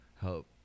help